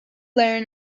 learn